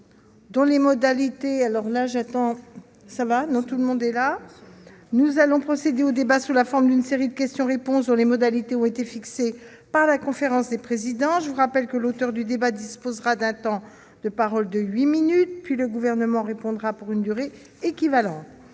Nous allons procéder au débat sous la forme d'une série de questions-réponses dont les modalités ont été fixées par la conférence des présidents. Je rappelle que l'auteur du débat dispose d'un temps de parole de huit minutes, puis le Gouvernement bénéficiera de la même durée pour lui